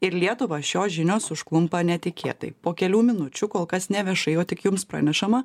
ir lietuvą šios žinios užklumpa netikėtai po kelių minučių kol kas neviešai o tik jums pranešama